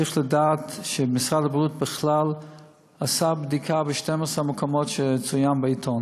צריך לדעת שמשרד הבריאות בכלל עשה בדיקה ב-14 המקומות שצוינו בעיתון,